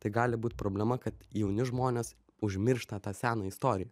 tai gali būt problema kad jauni žmonės užmiršta tą seną istoriją